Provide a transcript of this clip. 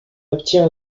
obtient